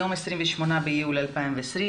היום 28 ביולי 2020,